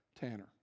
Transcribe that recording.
Tanner